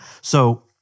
So-